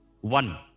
One